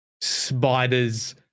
spiders